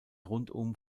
rundum